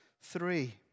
three